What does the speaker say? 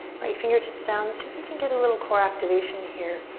right fingertips down. see if you can get a little core activation here